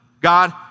God